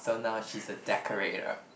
so now she's a decorator